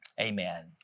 Amen